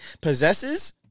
possesses